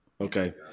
Okay